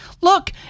Look